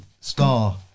Star